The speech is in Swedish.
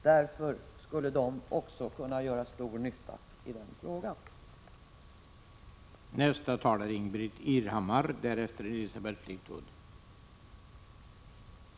Därför skulle de också kunna göra nytta i det avseendet.